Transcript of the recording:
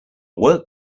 work